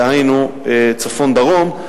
דהיינו צפון ודרום.